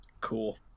cool